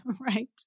Right